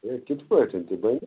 ہے کِتھ پٲٹھۍ تہِ بَنیٛاہ